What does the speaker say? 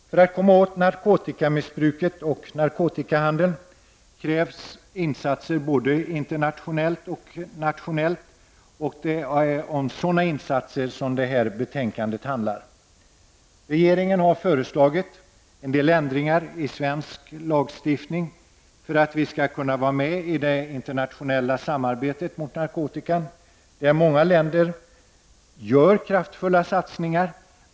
För att komma åt narkotikamissbruket och narkotikahandeln krävs insatser både internationellt och nationellt, och det är om sådana insatser som det här betänkandet handlar. Regeringen har föreslagit en del ändringar i svensk lagstiftning för att vi skall kunna vara med i det internationella samarbetet mot narkotika, där många länder gör kraftfulla satsningar.